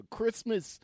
Christmas